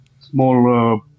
small